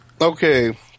Okay